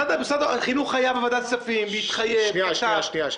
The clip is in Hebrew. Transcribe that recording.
משרד החינוך היה בוועדת הכספים והתחייב --- בוא